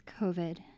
COVID